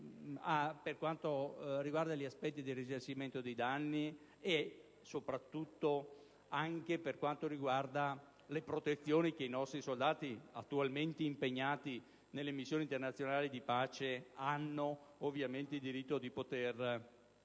per quanto riguarda l'aspetto del risarcimento dei danni, ma soprattutto per quanto riguarda le protezioni che i nostri soldati attualmente impegnati nelle missioni internazionali di pace hanno ovviamente diritto di avere